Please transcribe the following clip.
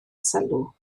sylw